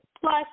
Plus